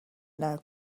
now